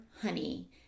honey